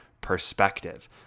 perspective